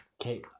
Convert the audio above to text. Okay